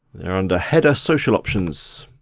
they're under header, social options.